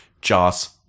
Joss